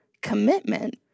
commitment